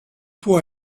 può